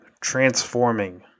transforming